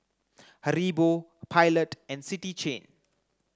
Haribo Pilot and City Chain